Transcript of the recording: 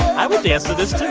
i would dance to this, too,